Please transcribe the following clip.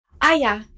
Aya